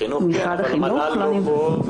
חינוך כן, אבל מל"ל לא פה.